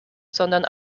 sondern